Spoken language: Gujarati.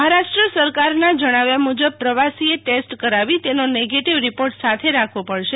મહારાષ્ટ્ર સરકારના જણાવ્યા મુજબ પ્રવાસીઅ ટેસ્ટ કરાવી તેનો નેગેટીવ રીપોર્ટ સાથે રાખવો પડશે